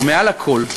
ומעל הכול,